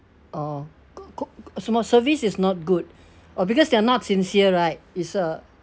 orh some more service is not good or because they are not sincere right it's a